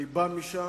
אני בא משם.